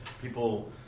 People